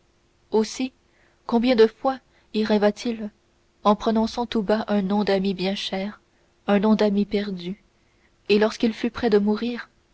aussi combien de fois y rêva t il en prononçant tout bas un nom d'ami bien cher un nom d'ami perdu et lorsqu'il fut près de mourir